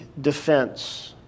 defense